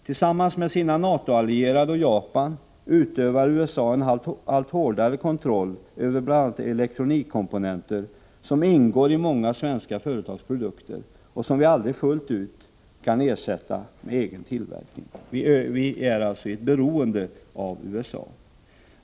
Tillsammans med sina NATO-allierade och Japan utövar USA en allt hårdare kontroll över bl.a. elektronikkomponenter som ingår i många svenska företags produkter och som vi aldrig fullt ut kan ersätta med egen tillverkning. Vi är alltså beroende av USA.